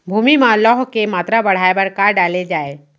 भूमि मा लौह के मात्रा बढ़ाये बर का डाले जाये?